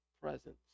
presence